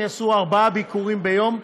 אם יעשו ארבעה ביקורים ביום.